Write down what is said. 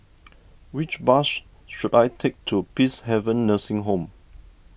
which bus should I take to Peacehaven Nursing Home